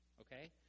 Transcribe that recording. Okay